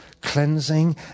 cleansing